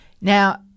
now